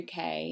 UK